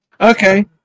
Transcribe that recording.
Okay